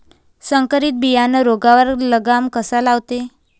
संकरीत बियानं रोगावर लगाम कसा लावते?